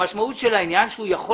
שהמשמעות של העניין הזה היא שהוא יכול